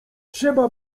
trzeba